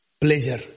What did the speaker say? pleasure